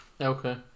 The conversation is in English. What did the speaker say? okay